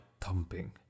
thumping